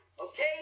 Okay